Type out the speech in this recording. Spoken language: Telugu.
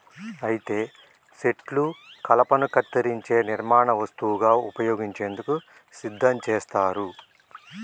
అయితే సెట్లు కలపను కత్తిరించే నిర్మాణ వస్తువుగా ఉపయోగించేందుకు సిద్ధం చేస్తారు